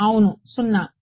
అవును 0